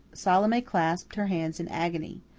salome clasped her hands in agony.